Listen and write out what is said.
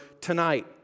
tonight